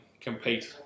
compete